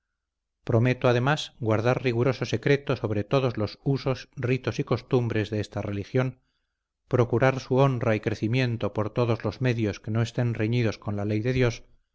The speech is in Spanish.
prometo además guardar riguroso secreto sobre todos los usos ritos y costumbres de esta religión procurar su honra y crecimiento por todos los medios que no estén reñidos con la ley de dios